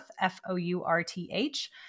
F-O-U-R-T-H